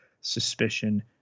suspicion